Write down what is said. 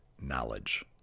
knowledge